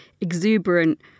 exuberant